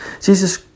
Jesus